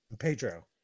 Pedro